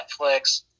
netflix